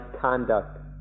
conduct